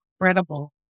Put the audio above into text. incredible